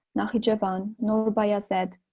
nakhichevan, nor bayazet,